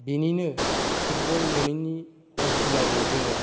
बिनिनो फुटबल मोनैनि असिलायै जोङो